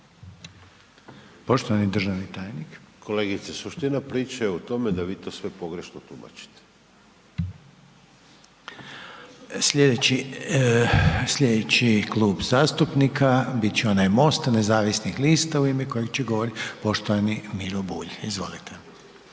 Tomislav (HDZ)** Kolegice, suština priča je u tome da vi to sve pogrešno tumačite. **Reiner, Željko (HDZ)** Slijedeći Klub zastupnika bit će onaj MOST-a nezavisnih lista u ime kojeg će govoriti poštovani Miro Bulj. Izvolite.